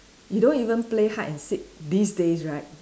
you don't even play hide and seek these days right